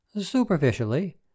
Superficially